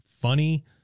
funny